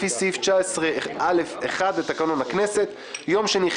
לפי סעיף 19(א)(1) לתקנון הכנסת: יום שני,